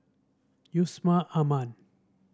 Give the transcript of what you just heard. Yusman Aman